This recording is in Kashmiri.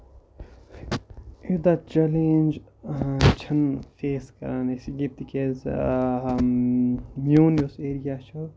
یوٗتاہ چیلینج چھِ نہٕ فیس کران أسۍ ییٚتہِ تِکیازِ یِہُند یُس ایریا چھُ